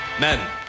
Men